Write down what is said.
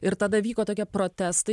ir tada vyko tokie protestai